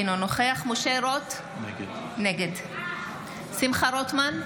אינו נוכח משה רוט, נגד שמחה רוטמן,